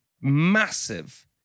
Massive